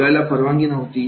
बोलायला परवानगी नव्हती